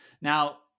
Now